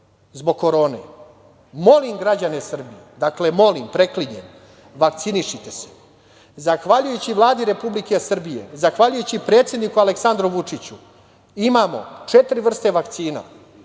zbog korone, molim građane Srbije, dakle molim, preklinjem, vakcinišite se. Zahvaljujući Vladi Republike Srbije, zahvaljujući predsedniku Aleksandru Vučiću imamo četiri vrste vakcina,